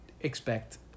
expect